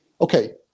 okay